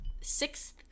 sixth